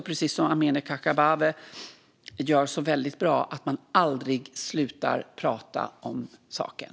Precis som Amineh Kakabaveh gör så väldigt bra ska vi aldrig sluta prata om saken.